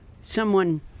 someone-